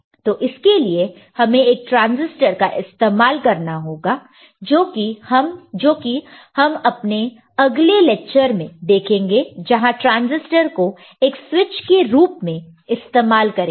तो इसके लिए हमें एक ट्रांजिस्टर का इस्तेमाल करना होगा जो कि हम अपने अगले लेक्चर में देखेंगे जहां ट्रांजिस्टर को एक स्विच के रूप में इस्तेमाल करेंगे